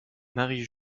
marie